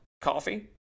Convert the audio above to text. Coffee